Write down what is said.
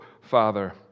Father